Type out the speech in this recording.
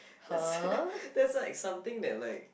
that's that's like something that like